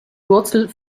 wurzel